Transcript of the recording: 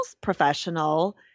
professional